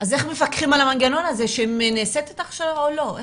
אז איך מפקחים על המנגנון הזה שנעשית ההכשרה או לא,